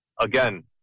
again